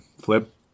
Flip